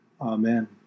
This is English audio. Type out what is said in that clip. Amen